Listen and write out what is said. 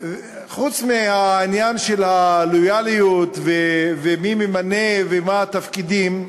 חוץ מהעניין של הלויאליות ומי ממנה ומה התפקידים,